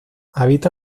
habita